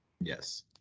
Yes